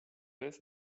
jest